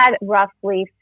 roughly